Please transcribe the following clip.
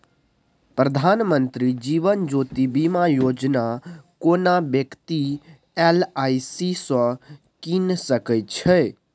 प्रधानमंत्री जीबन ज्योती बीमा योजना कोनो बेकती एल.आइ.सी सँ कीन सकै छै